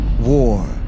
War